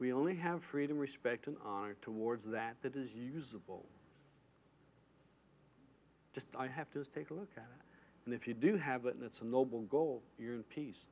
we only have freedom respect and honor towards that that is usable just i have to take a look at and if you do have it and it's a noble goal you're in peace